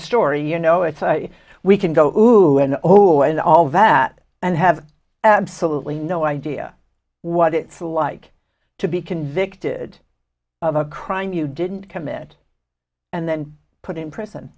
story you know it's we can go to an o and all that and have absolutely no idea what it's like to be convicted of a crime you didn't commit and then put in prison